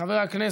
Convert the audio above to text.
חבר'ה,